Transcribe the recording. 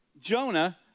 Jonah